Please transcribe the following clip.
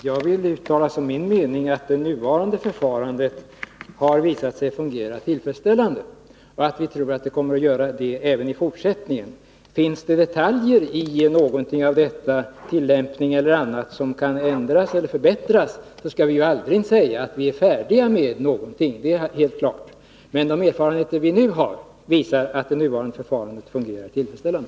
Herr talman! Jag vill som min mening säga att det nuvarande förfarandet har visat sig fungera tillfredsställande, och vi tror att det kommer att göra det även i fortsättningen. Finns det detaljer i fråga om tillämpning eller annat som kan ändras eller förbättras skall vi naturligtvis pröva detta. Det är helt klart att vi aldrig kan säga att vi är färdiga med någonting. Men, som sagt, de erfarenheter som vi har visar att det nuvarande förfarandet fungerar tillfredsställande.